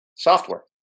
Software